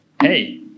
hey